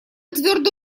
твердо